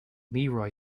leroy